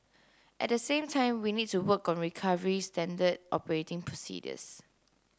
at the same time we need to work on recovery standard operating procedures